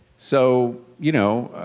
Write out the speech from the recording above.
so, you know,